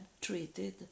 treated